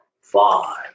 five